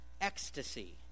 ecstasy